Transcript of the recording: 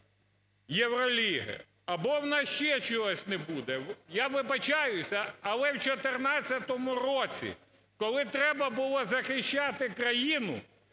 Євроліги!" або у нас ще чогось не буде, я вибачаюся, але в 2014 році, коли треба було захищати країну,